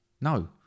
No